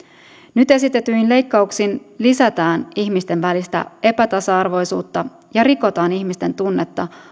nyt esitetyin leikkauksin lisätään ihmisten välistä epätasa arvoisuutta ja rikotaan ihmisten tunnetta